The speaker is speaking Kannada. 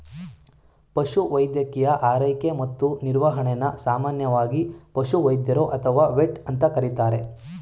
ಪಶುವೈದ್ಯಕೀಯ ಆರೈಕೆ ಮತ್ತು ನಿರ್ವಹಣೆನ ಸಾಮಾನ್ಯವಾಗಿ ಪಶುವೈದ್ಯರು ಅಥವಾ ವೆಟ್ ಅಂತ ಕರೀತಾರೆ